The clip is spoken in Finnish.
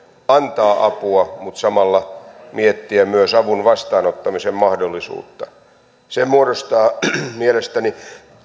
antaa apua mutta samalla voi miettiä myös avun vastaanottamisen mahdollisuutta se muodostaa mielestäni